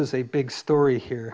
is a big story here